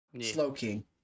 Slow-key